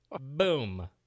Boom